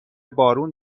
بارون